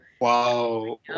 Wow